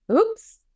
Oops